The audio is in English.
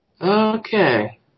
Okay